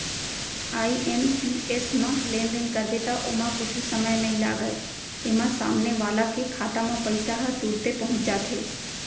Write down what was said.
IMPS म लेनदेन करबे त ओमा कुछु समय नइ लागय, एमा सामने वाला के खाता म पइसा ह तुरते पहुंच जाथे